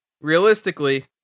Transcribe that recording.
Realistically